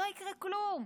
לא יקרה כלום.